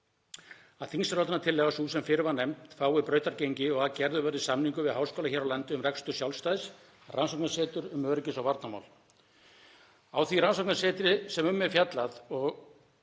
að þingsályktunartillaga sú sem fyrr var nefnd fái brautargengi og að gerður verði samningur við háskóla hér á landi um rekstur sjálfstæðs rannsóknarseturs um öryggis- og varnarmál. Á því rannsóknarsetri sem um er fjallað og